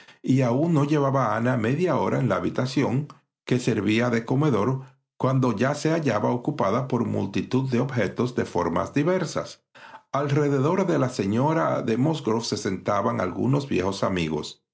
y aún no llevaba ana media hora en la habitación que servía de comedor cuando ya se hallaba ocupada por multitud de objetos de formas diversas alrededor de la señora de musgrove se sentaban algunos viejos amigos